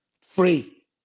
free